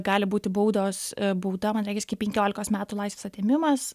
gali būti baudos bauda man regis iki penkiolikos metų laisvės atėmimas